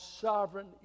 sovereign